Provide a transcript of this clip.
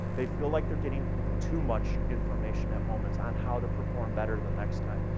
they feel like they're getting too much information at moments on how to perform better the next time.